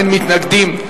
אין מתנגדים.